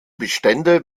bestände